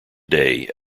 day